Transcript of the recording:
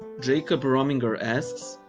jacob rominger asks,